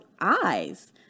eyes